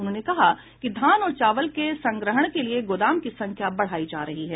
उन्होंने कहा कि धान और चावल के संग्रहण के लिए गोदाम की संख्या बढ़ाई जा रही है